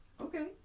Okay